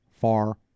far